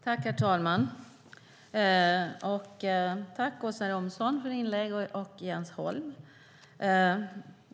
Herr talman! Tack, Åsa Romson och Jens Holm, för inläggen!